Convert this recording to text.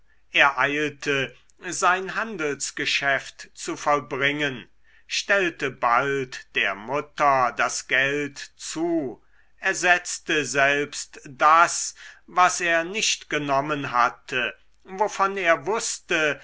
eilte sein handelsgeschäft zu vollbringen stellte bald der mutter das geld zu ersetzte selbst das was er nicht genommen hatte wovon er wußte